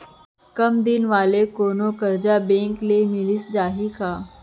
कम दिन वाले कोनो करजा बैंक ले मिलिस जाही का?